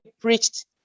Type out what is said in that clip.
preached